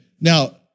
Now